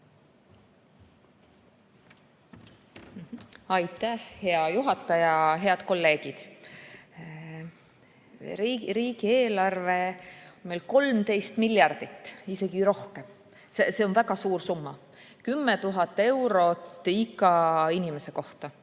Aitäh, hea juhataja! Head kolleegid! Riigieelarve on meil 13 miljardit, isegi rohkem. See on väga suur summa, 10 000 eurot iga inimese kohta,